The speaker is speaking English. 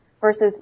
versus